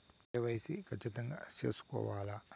KYC ఖచ్చితంగా సేసుకోవాలా